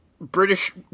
British